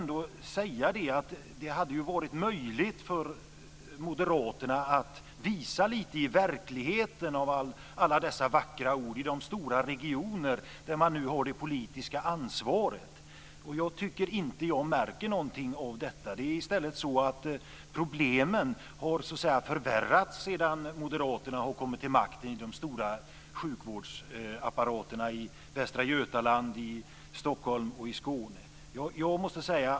Det hade ju varit möjligt för Moderaterna att göra verklighet av dessa vackra ord i de stora regioner där man nu har det politiska ansvaret. Jag tycker inte att jag märker någonting av detta. Det är i stället så att problemen har förvärrats sedan Moderaterna har kommit till makten i de stora sjukvårdsapparaterna i Västra Götaland, Stockholm och Skåne.